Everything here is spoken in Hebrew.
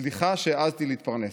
סליחה שהעזתי להתפרנס".